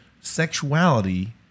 sexuality